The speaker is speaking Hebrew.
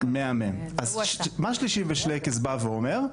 מהמם, מה שלישי בשלייקס בא ואומר?